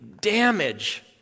damage